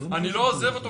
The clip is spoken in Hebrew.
אני לא עוזב אותו.